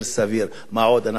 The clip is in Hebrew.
אנחנו רוצים לעשות דיאטה,